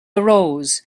arose